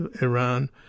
Iran